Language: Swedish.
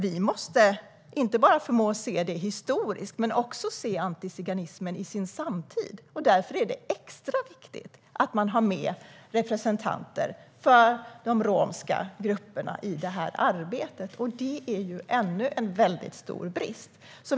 Vi måste förmå att se antiziganism inte bara historiskt utan också i samtiden. Därför är det extra viktigt att man har med representanter för de romska grupperna i det här arbetet. Här finns det ännu en stor brist.